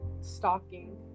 stalking